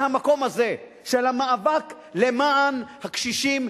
זה המקום הזה של המאבק למען הקשישים,